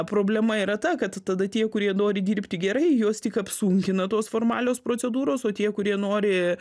problema yra ta kad tada tie kurie nori dirbti gerai juos tik apsunkina tos formalios procedūros o tie kurie nori